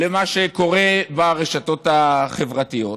למה שקורה ברשתות החברתיות,